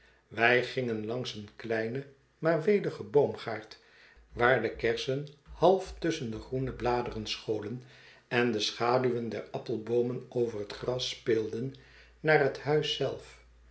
wij gingen langs een kleinen maar weligen boomgaard waar de kersen half tusschen de een andeb verlaten huis im groene bladeren scholen en de schaduwen der appelboomen over het gras speelden naar het huis zelf